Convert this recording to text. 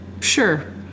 Sure